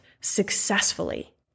successfully